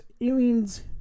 Aliens